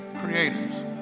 creators